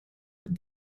mid